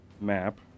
map